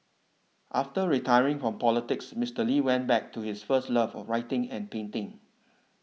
after retiring from politics Mister Lee went back to his first love of writing and painting